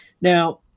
Now